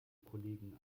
kollegen